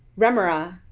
remora,